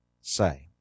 say